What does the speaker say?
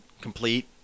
complete